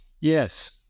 Yes